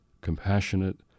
compassionate